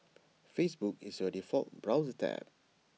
Facebook is your default browser tab